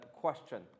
question